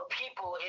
people